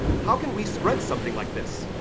how can we spread something like this?